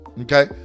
Okay